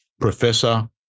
professor